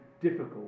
difficult